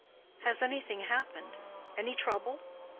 has anything happened any trouble?